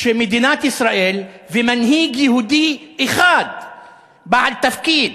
לכך שמדינת ישראל ומנהיג יהודי אחד בעל תפקיד